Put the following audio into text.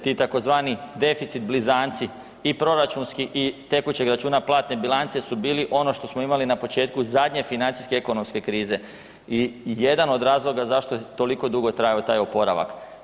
Ti tzv. deficit blizanci, i proračunski i tekućeg računa platne bilance su bili ono što smo imali na početku zadnje financijske ekonomske krize i jedan od razloga zašto je toliko dugo trajao taj oporavak.